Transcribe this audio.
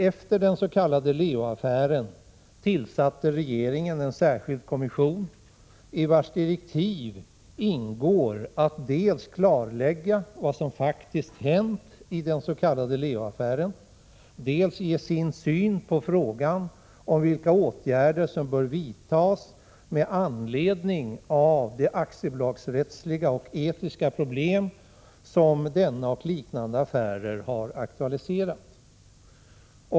Efter den s.k. Leo-affären tillsatte regeringen en särskild kommission, i vars direktiv ingår att dels klarlägga vad som faktiskt hänt i den s.k. Leo-affären, dels ge sin syn på frågan om vilka åtgärder som bör vidtas med anledning av de aktiebolagsrättsliga och etiska problem som denna och liknande affärer har aktualiserat.